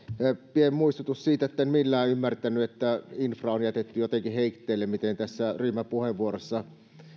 pieni muistutus siitä kun en millään ymmärtänyt että infra on jätetty jotenkin heitteille kuten ryhmäpuheenvuorossanne